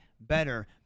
better